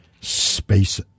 space